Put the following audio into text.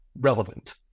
relevant